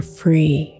free